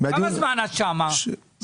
כמה זמן את שם במשרד?